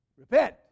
Repent